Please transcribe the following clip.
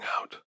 out